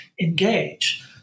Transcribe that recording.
engage